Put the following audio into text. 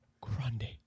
grande